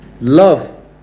Love